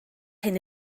hyn